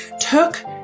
took